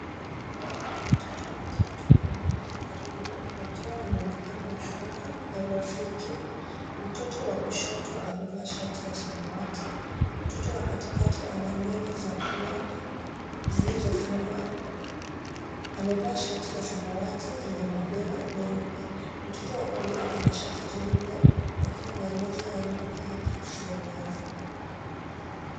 Watoto watatu wamekaa karibu wakiwa na muonekano wa furaha na urafiki ,mtoto wa kushoto amevaa shati ya samawati, mtoto wa katikati ana nywele za blonde zilizofungwa amevaa shati ya samawati yenye madoa meupe ,mtoto wa kulia ana shati jeupe lakini maelezo ya nywele yake sio wazi.